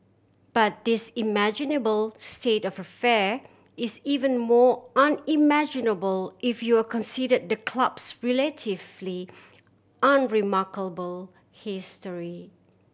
but this imaginable state of affair is even more unimaginable if you are consider the club's relatively unremarkable history